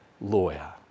lawyer